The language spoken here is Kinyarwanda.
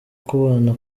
kubana